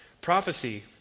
Prophecy